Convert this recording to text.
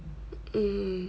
mm